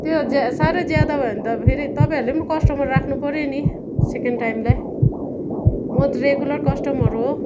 त्यो ज्या साह्रो ज्यादा भयो भने त फेरि तपाईँहरूले पनि कस्टमर राख्नु पऱ्यो नि सेकेन्ड टाइमलाई म त रेगुलर कस्टमर हो